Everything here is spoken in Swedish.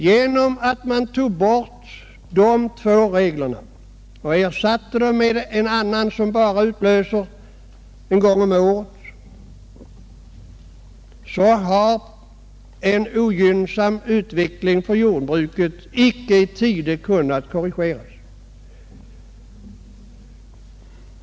Genom att man tog bort de två reglerna och ersatte dem med en annan, som bara utlöses en gång om året, har en ogynnsam utveckling för jordbruket inte kunnat korrigeras i tid.